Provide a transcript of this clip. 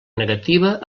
negativa